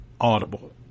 Audible